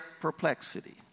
perplexity